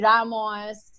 Ramos